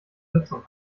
verkürzung